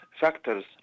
factors